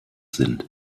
sind